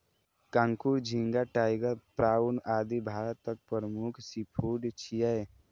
कांकोर, झींगा, tiger prawn, आदि भारतक प्रमुख सीफूड छियै